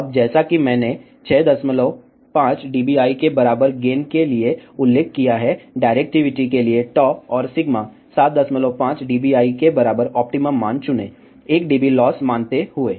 अब जैसा कि मैंने 65 dBi के बराबर गेन के लिए उल्लेख किया है डायरेक्टिविटी के लिए और 75 dBi के बराबर ऑप्टिमम मान चुनें 1 dB लॉस मानते हुए